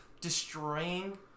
Destroying